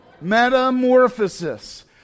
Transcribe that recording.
metamorphosis